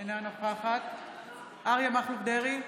אינה נוכחת אריה מכלוף דרעי,